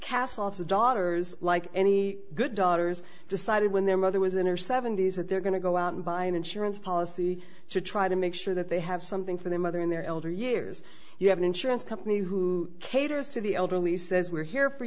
the daughters like any good daughters decided when their mother was in her seventy's that they're going to go out and buy an insurance policy to try to make sure that they have something for their mother in their elder years you have an insurance company who caters to the elderly says we're here for